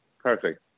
Perfect